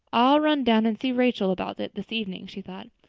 i'll run down and see rachel about it this evening, she thought.